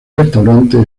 restaurantes